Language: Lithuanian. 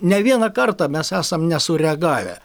ne vieną kartą mes esam nesureagavę